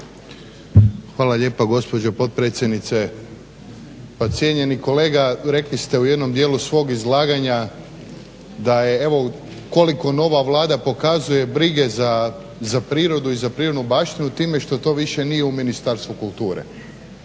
Hvala lijepa gospođo potpredsjednice. Pa cijenjeni kolega, rekli ste u jednom dijelu svog izlaganja da je evo koliko nova Vlada pokazuje brige za prirodu i za prirodnu baštinu time što to više nije u Ministarstvu kulture